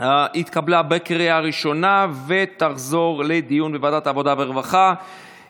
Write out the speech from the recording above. הגנה על עובדים (חשיפת עבירות ופגיעה בטוהר המידות או במינהל